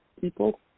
people